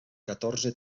catorze